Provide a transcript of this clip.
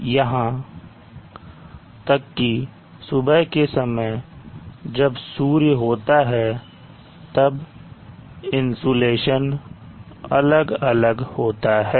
और यहां तक कि सुबह के समय जब सूर्य होता है तब इंसुलेशन अलग अलग होता है